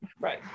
Right